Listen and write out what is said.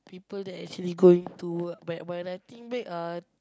people that actually going to work but when I think back ah